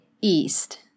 East